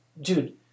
Dude